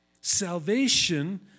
salvation